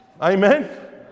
Amen